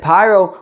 Pyro